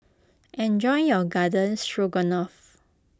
enjoy your Garden Stroganoff